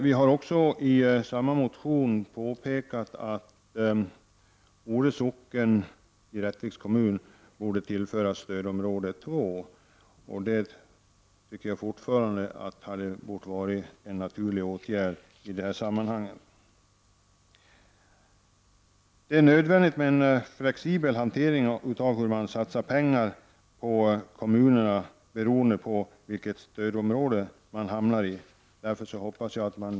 Vi har också i samma motion tagit upp att Ore socken i Rättviks kommun borde föras till stödområde 2. Det borde ha varit en naturlig åtgärd i det här sammanhanget. Det är nödvändigt med en flexibel hantering av hur man skall satsa pengar på kommunerna beroende på vilket stödområde man hamnar i.